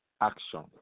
action